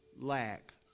lack